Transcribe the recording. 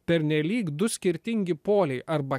pernelyg du skirtingi poliai arba